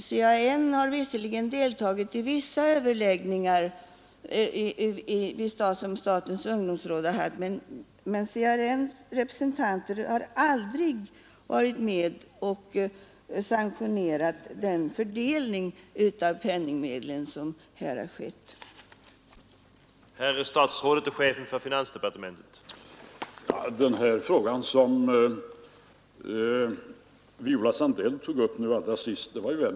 CAN har visserligen deltagit i vissa överläggningar med statens ungdomsråd, men CAN:s representanter har aldrig varit med och sanktionerat den fördelning av penningmedlen som har skett. de organisation som har nykterhetsrörelsen och andra ideella organisationer i Folkrörelsesverige bakom sig. Jag vill rätta till detta misstag, ty